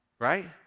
Right